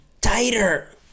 tighter